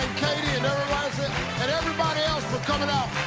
katie and but everybody else for coming out,